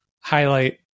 highlight